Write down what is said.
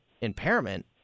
impairment